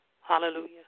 Hallelujah